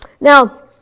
Now